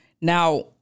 Now